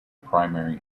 primary